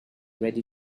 ready